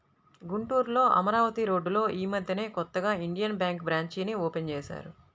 గుంటూరులో అమరావతి రోడ్డులో యీ మద్దెనే కొత్తగా ఇండియన్ బ్యేంకు బ్రాంచీని ఓపెన్ చేశారు